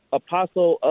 apostle